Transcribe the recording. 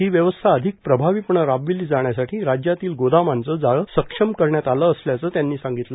ही व्यवस्था अधिक प्रभावीपणे राबविली जाण्यासाठी राज्यातील गोदामांचे जाळे सक्षम करण्यात आले असल्याचं त्यांनी सांगितलं